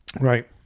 Right